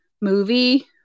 movie